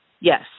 Yes